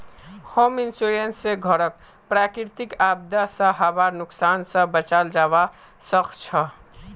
home insurance स घरक प्राकृतिक आपदा स हबार नुकसान स बचाल जबा सक छह